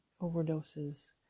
overdoses